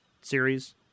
series